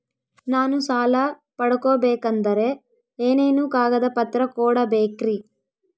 ನಾನು ಸಾಲ ಪಡಕೋಬೇಕಂದರೆ ಏನೇನು ಕಾಗದ ಪತ್ರ ಕೋಡಬೇಕ್ರಿ?